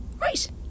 Right